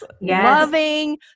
loving